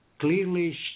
clearly